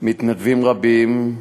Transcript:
מתנדבים רבים,